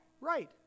Right